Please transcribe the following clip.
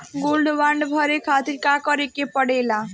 Gold bond भरे खातिर का करेके पड़ेला?